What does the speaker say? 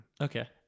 Okay